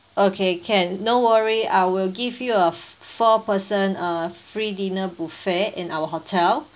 okay can no worry I will give you a four person uh free dinner buffet in our hotel